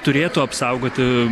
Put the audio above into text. turėtų apsaugoti